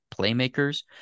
playmakers